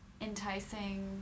enticing